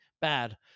bad